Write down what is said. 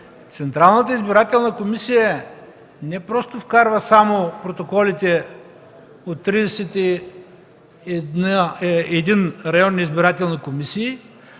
Централната избирателна комисия не просто вкарва само протоколите от 31 районни избирателни комисии,